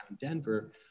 Denver